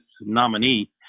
nominee